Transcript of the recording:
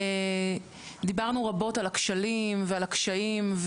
דיברנו רבות על הכשלים ועל הקשיים,